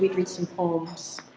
read read some poems.